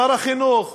שר החינוך,